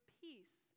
peace